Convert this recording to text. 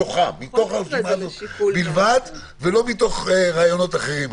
מתוך הרשימה הזו בלבד ולא מתוך רעיונות אחרים.